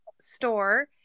store